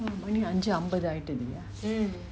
mm மணி அஞ்சு அம்பதுஆகிடுதுல:mani anju ambathaakituthula